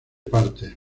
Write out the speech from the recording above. partes